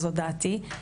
זו דעתי.